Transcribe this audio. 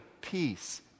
peace